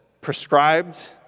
prescribed